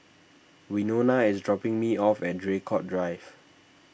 Wynona is dropping me off at Draycott Drive